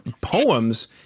poems